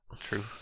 true